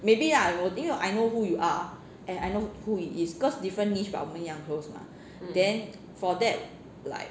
maybe lah I will 因为 I know who you are and I know who he is cause different niche mah 我们一样 close mah then for that like